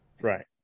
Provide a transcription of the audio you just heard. right